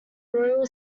royal